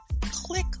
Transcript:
Click